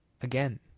again